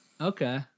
Okay